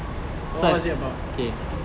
so what is it about